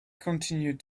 continued